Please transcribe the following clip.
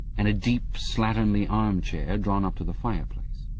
and a deep, slatternly arm-chair drawn up to the fireplace.